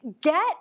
Get